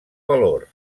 valor